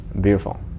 Beautiful